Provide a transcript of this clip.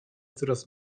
coraz